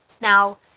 Now